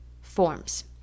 forms